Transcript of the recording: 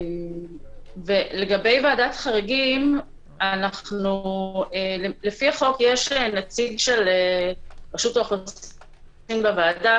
לגבי ועדת חריגים לפי החוק יש נציג של רשות האוכלוסין בוועדה,